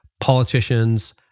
politicians